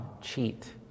cheat